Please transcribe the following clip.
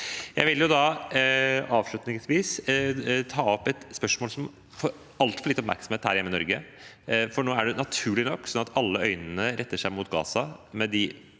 Jeg vil avslutningsvis ta opp et spørsmål som får altfor lite oppmerksomhet her hjemme i Norge. Nå er det naturlig nok sånn at alle øyne retter seg mot Gaza, med de